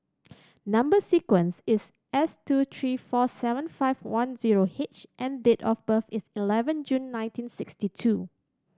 number sequence is S two three four seven five one zero H and date of birth is eleven June nineteen six two